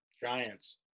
Giants